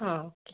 ആ ഓക്കെ